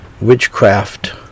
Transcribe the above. witchcraft